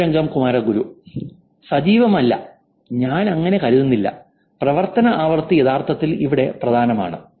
പൊന്നുരംഗം കുമാരഗുരു സജീവമല്ല ഞാൻ അങ്ങനെ കരുതുന്നില്ല പ്രവർത്തന ആവൃത്തി യഥാർത്ഥത്തിൽ ഇവിടെ പ്രധാനമാണ്